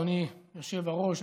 אדוני היושב-ראש.